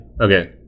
okay